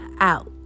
out